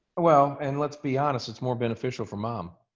well, and let's be honest, it's more beneficial for mom.